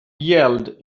yelled